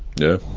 yeah.